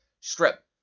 Strip